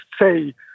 say